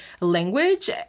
language